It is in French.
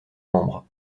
membres